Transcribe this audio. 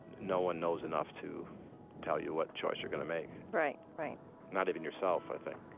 no one knows enough to tell you what choice you're going to make right, right not even yourself, i think.